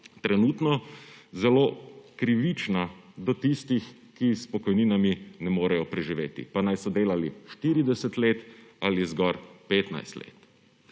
trenutno, zelo krivična do tistih, ki s pokojninami ne morejo preživeti, pa naj so delali 40 let ali zgolj 15 let.